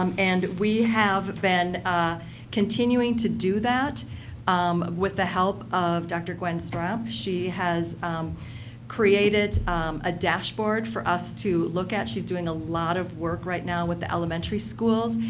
um and we have been continuing to do that um with the help of dr. gwen stromp. she has created a dashboard for us to look at. she's doing a lot of work right now with elementary schools,